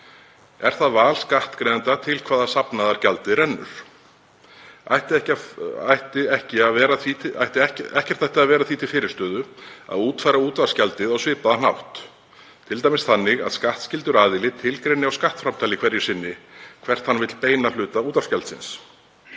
Er það val skattgreiðenda til hvaða safnaðar gjaldið rennur. Ekkert ætti að vera því til fyrirstöðu að útfæra útvarpsgjaldið á svipaðan hátt, t.d. þannig að skattskyldur aðili tilgreini á skattframtali hverju sinni hvert hann vill beina hluta útvarpsgjaldsins.